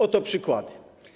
Oto przykłady.